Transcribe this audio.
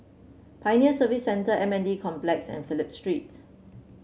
Pioneer Service Centre M N D Complex and Phillip Street